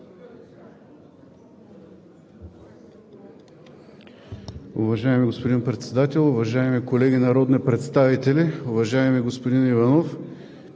Уважаеми господин Председател, уважаеми колеги народни представители! Уважаеми господин Иванов,